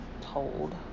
told